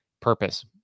purpose